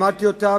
למדתי אותה,